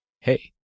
Hey